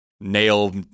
nail